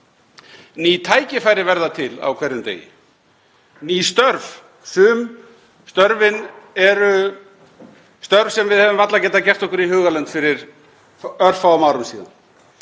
Ný tækifæri verða til á hverjum degi, ný störf. Sum störfin eru störf sem við hefðum ekki getað gert okkur í hugarlund fyrir örfáum árum síðan